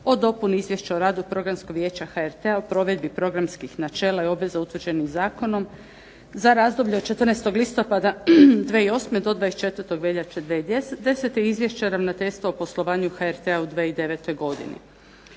dopuni Izvješća o radu Programskog vijeća HRT-a o provedbi programskih načela i obveza utvrđenih zakonom za razdoblje od 14. listopada 2008. do 24. veljače 2010. i Izvješća ravnateljstva o poslovanju HRT-a u 2009. godini.